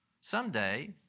Someday